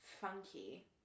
funky